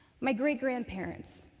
my great-grandparents,